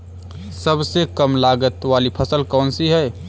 सबसे कम लागत वाली फसल कौन सी है?